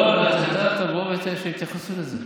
לא, אבל אתה תבוא ויתייחסו לזה.